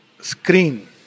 screen